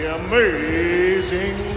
amazing